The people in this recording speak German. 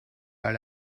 alle